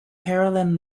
caroline